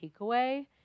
takeaway